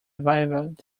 vivaldi